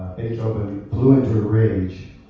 beethoven flew into a rage,